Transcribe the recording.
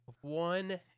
one